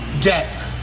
get